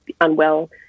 unwell